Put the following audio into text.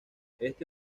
este